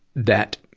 that,